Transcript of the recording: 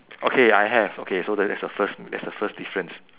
okay I have okay so that that's the first that's the first difference